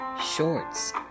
shorts